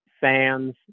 fans